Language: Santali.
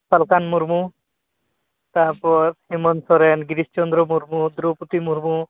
ᱥᱟᱞᱠᱷᱟᱱ ᱢᱩᱨᱢᱩ ᱛᱟᱨᱯᱚᱨ ᱦᱮᱢᱚᱱᱛ ᱥᱚᱨᱮᱱ ᱜᱤᱨᱤᱥ ᱪᱚᱱᱫᱨᱚ ᱢᱩᱨᱢᱩ ᱫᱨᱳᱯᱚᱫᱤ ᱢᱩᱨᱢᱩ